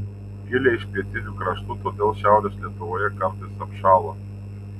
kilę iš pietinių kraštų todėl šiaurės lietuvoje kartais apšąla